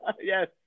Yes